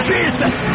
Jesus